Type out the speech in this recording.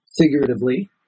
figuratively